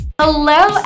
hello